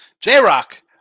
J-Rock